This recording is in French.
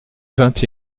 vingt